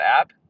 app